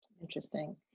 Interesting